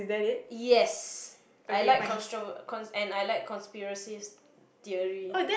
yes I like constro~ and I like conspiracies theory